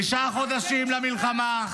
תשעה חודשים למלחמה,